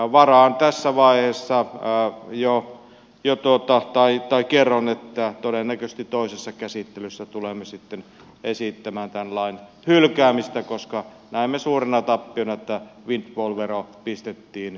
kerron tässä vaiheessa jo että todennäköisesti toisessa käsittelyssä tulemme sitten esittämään tämän lain hylkäämistä koska näemme suurena tappiona että windfall vero pistettiin